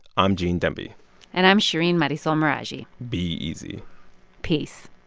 i'm gene demby and i'm shereen marisol meraji be easy peace